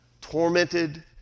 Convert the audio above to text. Tormented